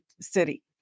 city